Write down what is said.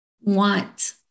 want